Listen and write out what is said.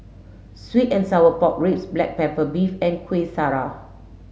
sweet and sour pork ribs black pepper beef and Kueh Syara